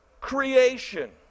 creation